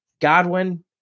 Godwin